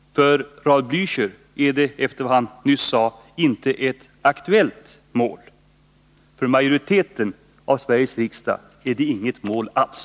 För Raul Blächer är det, enligt vad han nyss sade, inte ett aktuellt mål. För majoriteten av Sveriges riksdag är det inget mål alls.